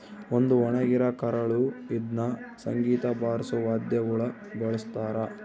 ಒಂದು ಒಣಗಿರ ಕರಳು ಇದ್ನ ಸಂಗೀತ ಬಾರ್ಸೋ ವಾದ್ಯಗುಳ ಬಳಸ್ತಾರ